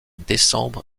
décembre